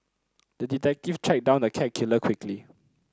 the detective tracked down the cat killer quickly